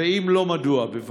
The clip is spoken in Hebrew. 3. אם לא, מדוע?